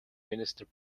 minister